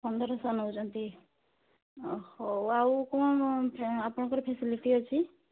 ପନ୍ଦରଶହ ନେଉଛନ୍ତି ହଁ ହେଉ ଆଉ କ'ଣ ଆପଣଙ୍କର ଫେସିଲିଟି ଅଛି